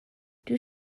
due